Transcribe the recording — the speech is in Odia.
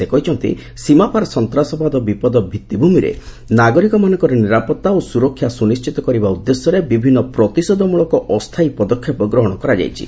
ସେ କହିଛନ୍ତି ସୀମାପାର ସନ୍ତାସବାଦ ବିପଦ ଭିଭିଭୂମିରେ ନାଗରିକମାନଙ୍କର ନିରାପତ୍ତା ଓ ସୁରକ୍ଷା ସୁନିଶ୍ଚିତ କରିବା ଉଦ୍ଦେଶ୍ୟରେ ବିଭିନ୍ନ ପ୍ରତିଶେଧକମୂଳକ ଅସ୍ଥାୟୀ ପଦକ୍ଷେପ ଗ୍ରହଣ କରାଯାଇଛି